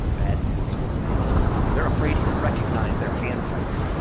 bad news for the maids. they're afraid he'll recognize their handwriting.